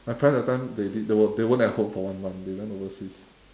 my parents that time they did they weren't at home for one month they went overseas